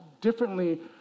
differently